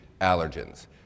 allergens